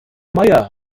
meier